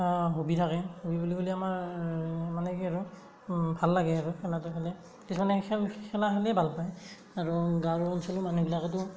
hobby থাকে hobby বুলি ক'লে আমাৰ মানে কি আৰু ভাল লাগে আৰু খেলাটো খেলি কিছুমানে খেল খেলা খেলিয়েই ভাল পায় আৰু গাঁওৰ অঞ্চলৰ মানুহবিলাকেতো